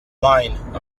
mine